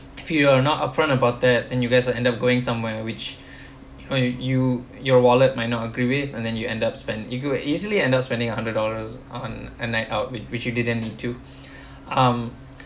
if you are not upfront about that then you guys will end up going somewhere which one you you your wallet might not agree with and then you end up spend you could have easily ended up spending a hundred dollars on a night out with which you didn't need to um